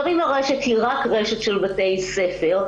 אם הרשת היא רשת רק של בתי ספר,